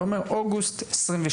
זה אומר אוגוסט 2022,